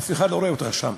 אף אחד לא רואה אותך שם.